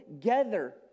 together